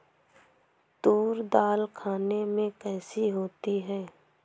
तूर दाल खाने में कैसी होती है?